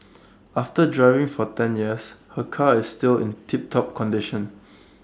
after driving for ten years her car is still in tiptop condition